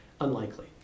Unlikely